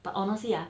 but honestly ah